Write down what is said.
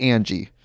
Angie